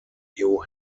new